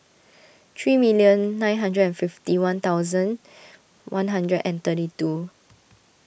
three million nine hundred and fifty one thousand one hundred and thirty two